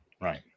Right